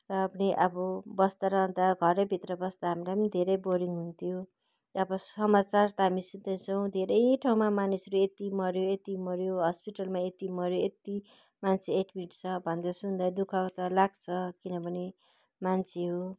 र पनि अब बस्दा रहँदा घरैभित्र बस्दा हामीलाई पनि धेरै बोरिङ हुन्थ्यो अब समचार त हामी सुन्दैछौँ धेरै ठाउँमा मानिसहरू यति मऱ्यो यति मऱ्यो हस्पिटलमा यति मऱ्यो यति मान्छे एड्मिट छ भन्दा सुन्दा दुःख त लाग्छ किनभने मान्छे हो